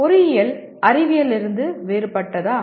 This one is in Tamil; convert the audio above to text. பொறியியல் அறிவியலிலிருந்து வேறுபட்டதா